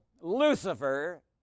Lucifer